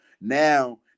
Now